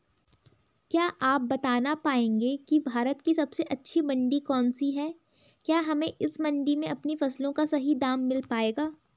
क्या आप बताना पाएंगे कि भारत की सबसे अच्छी मंडी कौन सी है क्या हमें इस मंडी में अपनी फसलों का सही दाम मिल पायेगा?